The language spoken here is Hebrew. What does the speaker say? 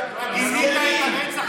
זקנים,